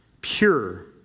pure